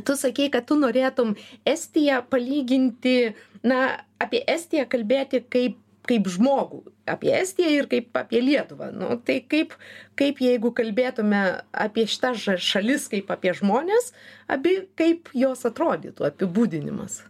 tu sakei kad tu norėtum estiją palyginti na apie estiją kalbėti kaip kaip žmogų apie estiją ir kaip apie lietuvą nu tai kaip kaip jeigu kalbėtumėme apie šitas šalis kaip apie žmones abi kaip jos atrodytų apibūdinimas